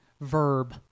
Verb